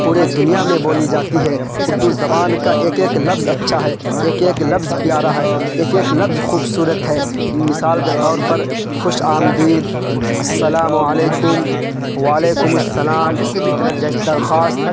پورے دنیا میں بولی جاتی ہے اردو زبان کا ایک ایک لفظ اچھا ہے ایک ایک لفظ پیارا ہے ایک ایک لفظ خوبصورت ہے مثال کے طور پر خوش آمدید السلام علیکم وعلیکم السلام جیسے درخواست